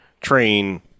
train